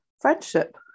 friendship